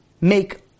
make